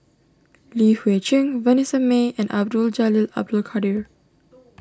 Li Hui Cheng Vanessa Mae and Abdul Jalil Abdul Kadir